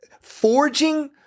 forging